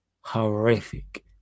Horrific